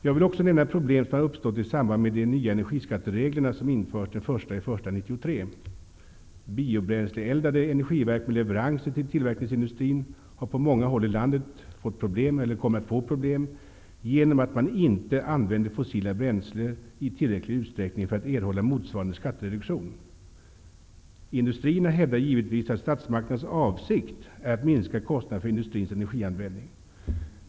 Jag vill också nämna problem som har uppstått i samband med de nya energiskatteregler som införs den 1 januari 1993. Biobränsleeldade energiverk med leveranser till tillverkningsindustrin har på många håll i landet fått problem genom att man inte använder fossila bränslen i tillräcklig utsträckning för att erhålla motsvarande skattereduktion. Industrierna hävdar givetvis att statsmakternas avsikt är att minska kostnaderna för industrins energianvändning.